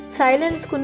silence